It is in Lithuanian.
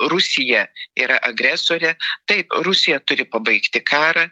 rusija yra agresorė tai rusija turi pabaigti karą